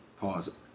pause